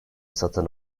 satın